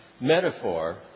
metaphor